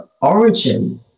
origin